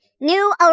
new